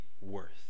worth